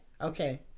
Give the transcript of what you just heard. Okay